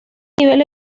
nivel